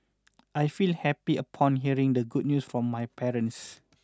I felt happy upon hearing the good news from my parents